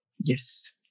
Yes